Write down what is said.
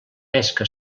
pesca